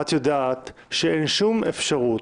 את יודעת שאין שום אפשרות,